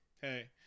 hey